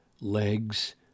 legs